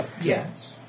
Yes